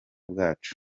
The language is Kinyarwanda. bwacu